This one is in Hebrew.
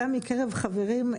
גם מקרב חברים,